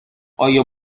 آیا